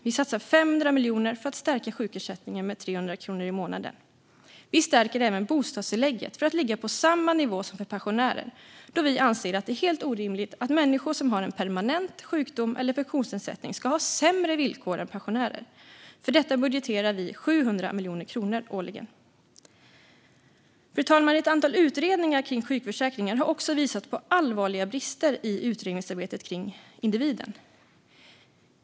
Vi satsar 500 miljoner på att stärka sjukersättningen med 300 kronor i månaden. Vi stärker även bostadstillägget till samma nivå som för pensionärer, då vi anser att det är helt orimligt att människor som har en permanent sjukdom eller funktionsnedsättning ska ha sämre villkor än pensionärer. För detta budgeterar vi 700 miljoner kronor årligen. Fru talman! Ett antal utredningar kring sjukförsäkringen har också visat på allvarliga brister i utredningsarbetet kring individen.